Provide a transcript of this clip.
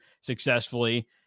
successfully